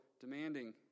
demanding